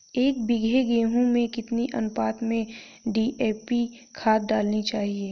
एक बीघे गेहूँ में कितनी अनुपात में डी.ए.पी खाद डालनी चाहिए?